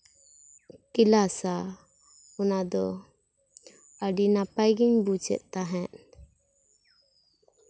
ᱠᱞᱮᱥᱟ ᱚᱱᱟ ᱫᱚ ᱟᱹᱰᱤ ᱱᱟᱯᱟᱭ ᱜᱤᱧ ᱵᱩᱡᱮᱫ ᱛᱟᱦᱮᱸᱫ